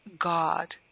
God